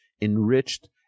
enriched